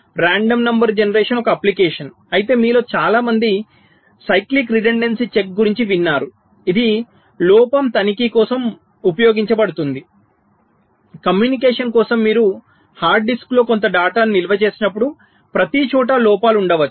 random number generation ఒక application అయితే మీలో చాలా మంది సైక్లిక్ రిడెండెన్సీ చెక్ గురించి విన్నారు ఇది లోపం తనిఖీ కోసం ఉపయోగించబడుతుందికమ్యూనికేషన్ కోసం మీరు హార్డ్ డిస్కుల్లో కొంత డేటాను నిల్వ చేసినప్పుడు ప్రతిచోటా లోపాలు ఉండవచ్చు